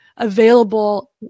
available